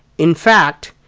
in fact,